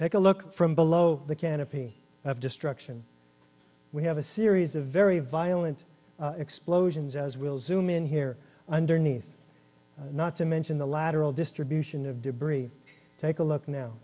take a look from below the canopy of destruction we have a series of very violent explosions as we'll zoom in here underneath not to mention the lateral distribution of debris take a look now